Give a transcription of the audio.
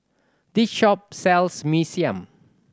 this shop sells Mee Siam